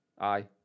Aye